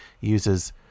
uses